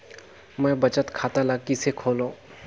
मैं बचत खाता ल किसे खोलूं?